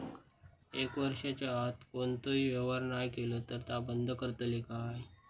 एक वर्षाच्या आत कोणतोही व्यवहार नाय केलो तर ता बंद करतले काय?